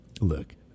look